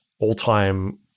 all-time